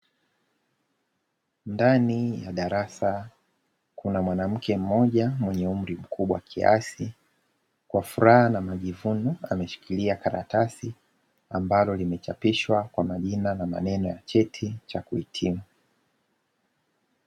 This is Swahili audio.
Ndani ya darasa Kuna Mwanamke mmoja mwenye umri mkubwa kiasi, kwa furaha na majivuno ameshikilia karatasi ambalo limechapishwa kwa majina na maneno ya CHETI CHA KUHITIMU.